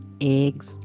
eggs